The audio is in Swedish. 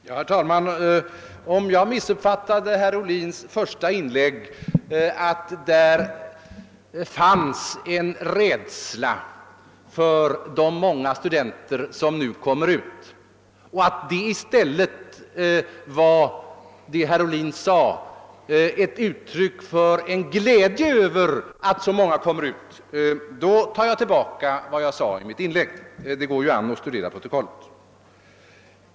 Herr talman! Om jag missuppfattat herr Ohlins första inlägg och funnit, att där fanns en rädsla för de många studenter som nu kommer ut, och om vad herr Ohlin sade i stäliet var ett uttryck för en glädje över att så många kommer ut, tar jag tillbaka det jag nämnde i mitt första inlägg. Men det går ju att studera protokollet.